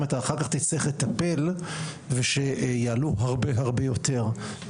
אתה אחר כך תצטרך לטפל ושיעלו הרבה הרבה יותר.